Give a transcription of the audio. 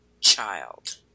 child